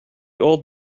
old